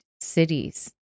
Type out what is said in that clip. cities